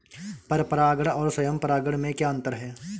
पर परागण और स्वयं परागण में क्या अंतर है?